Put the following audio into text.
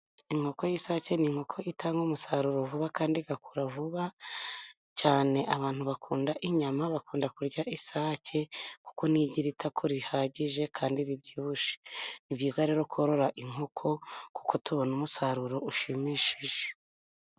Inkoko y'isake ni inkoko itanga umusaruro vuba kandi igakura vuba cyane abantu bakunda inyama bakunda kurya isake, kuko niyo igira itako rihagije kandi ribyibushye ni byiza rero korora inkoko kuko tubona umusaruro ushimishije.